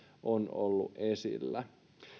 on ollut esillä